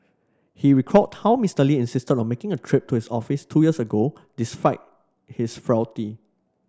he recalled how Mister Lee insisted on making a trip to his office two years ago despite his frailty